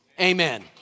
Amen